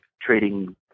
trading